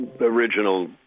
original